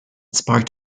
sparked